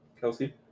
Kelsey